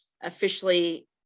officially